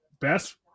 best